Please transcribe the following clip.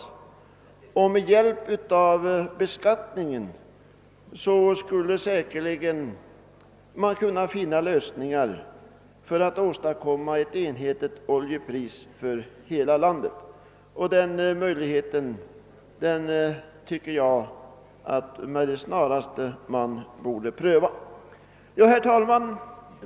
Med hjälp av beskattningen skulle man säkerligen kunna finna lösningar för att åstadkomma ett enhetligt oljepris för hela landet. Jag tycker att man med det snaraste borde pröva denna möjlighet. Herr talman!